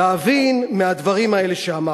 להבין מהדברים האלה שאמרת?